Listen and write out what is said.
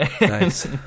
Nice